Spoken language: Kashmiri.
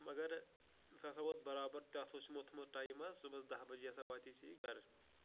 مگر سُہ ہَسا ووت برابر تَتھ اوس یِمو تھومُت ٹایم حظ صُبحَس دَہ بَجے ہَسا واتہِ ژےٚ یہِ گَرٕ